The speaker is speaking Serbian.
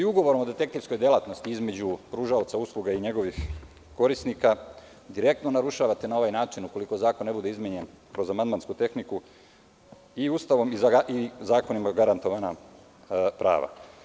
Ugovorom o detektivskoj delatnosti između pružaoca usluga i njegovih korisnika direktno narušavate na ovaj način ukoliko zakon ne bude izmenjen kroz amandmansku tehniku i Ustavom i zakonima zagarantovana prava.